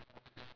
ya